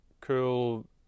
cool